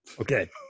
Okay